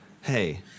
hey